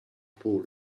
pool